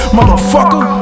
Motherfucker